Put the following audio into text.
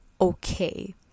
okay